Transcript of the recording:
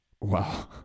Wow